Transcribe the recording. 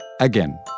Again